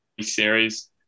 series